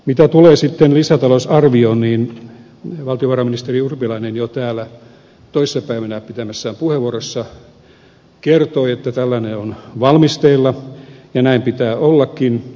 mitä tulee sitten lisätalousarvioon niin valtiovarainministeri urpilainen jo täällä toissa päivänä pitämässään puheenvuorossa kertoi että tällainen on valmistella ja näin pitää ollakin